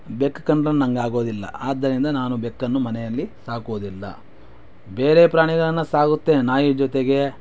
ಬೆಕ್ಕು ಕಂಡರೆ ನನಗಾಗೋದಿಲ್ಲ ಆದ್ದರಿಂದ ನಾನು ಬೆಕ್ಕನ್ನು ಮನೆಯಲ್ಲಿ ಸಾಕೋದಿಲ್ಲ ಬೇರೆ ಪ್ರಾಣಿಗಳನ್ನು ಸಾಕುತ್ತೇನೆ ನಾಯಿ ಜೊತೆಗೆ